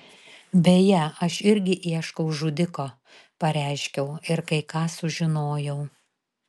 beje aš irgi ieškau žudiko pareiškiau ir kai ką sužinojau